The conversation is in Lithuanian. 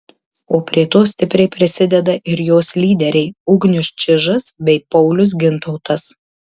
o prie to stipriai prisideda ir jos lyderiai ugnius čižas bei paulius gintautas